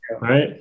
Right